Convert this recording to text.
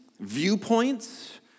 viewpoints